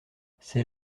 c’est